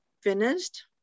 finished